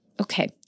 Okay